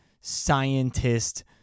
scientist